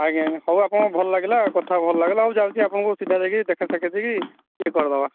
ଆଜ୍ଞା ଆଜ୍ଞା ହଉ ଆପଣଙ୍କ ଭଲ ଲାଗିଲା କଥା ଭଲ ଲାଗିଲା ହଉ ଯାଉଛି ଆପଣଙ୍କୁ ସିଧା ଯାଇକି ଦେଖାସାକ୍ଷାତ ହେଇକି ଇଏ କରିଦେବା